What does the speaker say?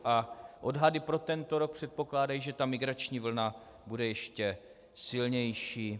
A odhady pro tento rok předpokládají, že migrační vlna bude ještě silnější.